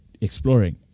exploring